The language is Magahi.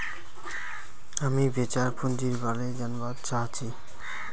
हामीं वेंचर पूंजीर बारे जनवा चाहछी